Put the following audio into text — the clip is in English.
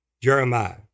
Jeremiah